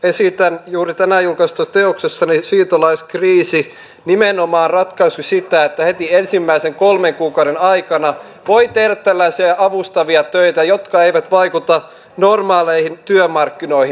esitän juuri tänään julkaistavassa teoksessani siirtolaiskriisi ratkaisuksi nimenomaan sitä että heti ensimmäisen kolmen kuukauden aikana voi tehdä tällaisia avustavia töitä jotka eivät vaikuta normaaleihin työmarkkinoihin